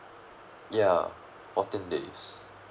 ya fourteen days